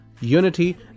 unity